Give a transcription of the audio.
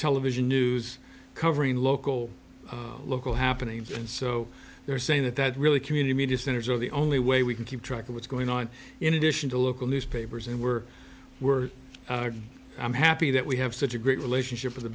television news covering local local happenings and so they're saying that that really community media centers are the only way we can keep track of what's going on in addition to local newspapers and we're we're i'm happy that we have such a great relationship with the